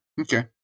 Okay